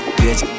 bitch